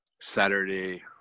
Saturday